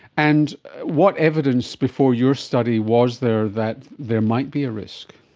and what evidence before your study was there that there might be a risk?